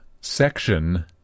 Section